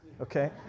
Okay